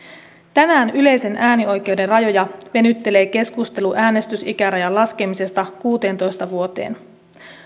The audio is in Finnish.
tänään yleisen äänioikeuden rajoja venyttelee keskustelu äänestys ikärajan laskemisesta kuuteentoista vuoteen